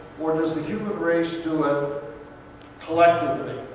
or does the human race do it collectively?